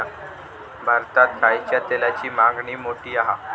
भारतात खायच्या तेलाची मागणी मोठी हा